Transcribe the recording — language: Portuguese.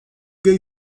gay